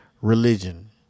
religion